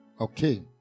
Okay